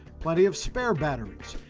plenty of spare batteries,